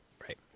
Right